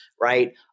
right